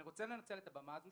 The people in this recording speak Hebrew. אני רוצה לנצל את הבמה הזאת